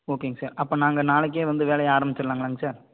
ஓகேங்க சார் அப்போ நாங்கள் நாளைக்கு வந்து வேலையை ஆரமிச்சிடலாங்களாங்க சார்